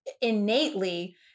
innately